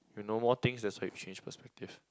you know more things that's why you change perspective